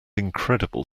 incredible